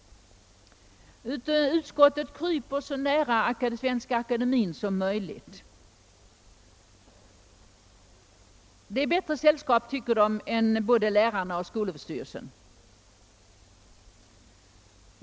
Utskottet kryper i stället så nära Svenska akademien som möjligt. Det är ett bättre sällskap, tycker man, än både lärarna och skolöverstyrelsen.